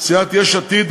סיעת יש עתיד,